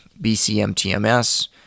BCMTMS